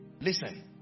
Listen